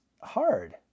hard